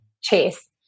Chase